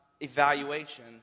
evaluation